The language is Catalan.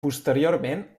posteriorment